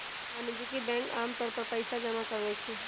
वाणिज्यिक बैंक आमतौर पर पइसा जमा करवई छई